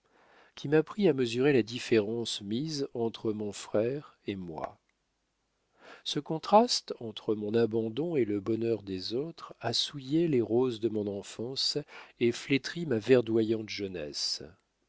qui m'apprit à mesurer la différence mise entre mon frère et moi ce contraste entre mon abandon et le bonheur des autres a souillé les roses de mon enfance et flétri ma verdoyante jeunesse